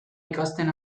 ikasten